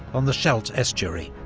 on the scheldt estuary.